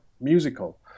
musical